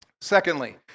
Secondly